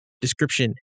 description